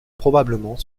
probablement